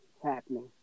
happening